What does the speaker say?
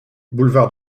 boulevard